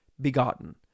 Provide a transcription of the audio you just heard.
begotten